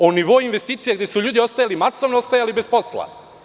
O nivou investicija gde su ljudi ostajali masovno bez posla.